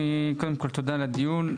קודם כל תודה על הדיון,